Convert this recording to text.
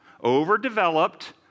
Overdeveloped